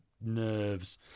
nerves